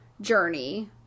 journey